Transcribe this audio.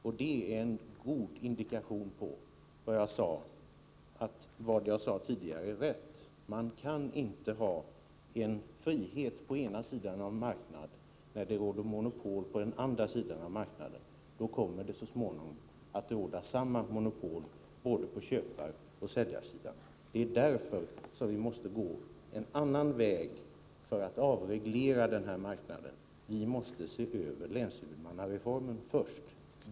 Och det är en god indikation på att vad jag sade tidigare är rätt: Man kan inte ha en frihet på den ena sidan på en marknad när det råder monopol på den andra sidan av marknaden — då kommer det så småningom att råda samma monopol på både köparoch säljarsidan. Det är därför som vi måste gå en annan väg för att avreglera den här marknaden. Vi måste se över länshuvudmannareformen först.